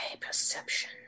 perception